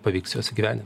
pavyks juos įgyvendint